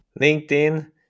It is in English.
LinkedIn